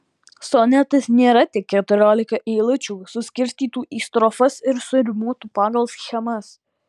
sonetas nėra tik keturiolika eilučių suskirstytų į strofas ir surimuotų pagal schemas